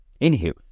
Anywho